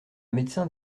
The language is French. médecin